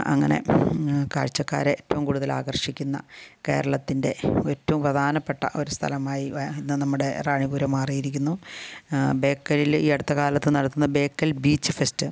അങ്ങനെ കാഴ്ച്ചക്കാരെ എറ്റവും കൂടുതലാകർഷിക്കുന്ന കേരളത്തിൻ്റെ ഏറ്റവും പ്രധാനപ്പെട്ട ഒരു സ്ഥലമായി ഇന്ന് നമ്മുടെ റാണിപുരം മാറിയിരിക്കുന്നു ബേക്കലിൽ ഈ അടുത്ത കാലത്ത് നടത്തുന്ന ബേക്കൽ ബീച്ച് ഫെസ്റ്റ്